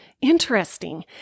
interesting